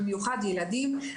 במיוחד ילדים,